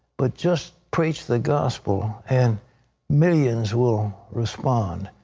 but just preach the gospel and millions will respond.